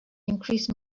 increase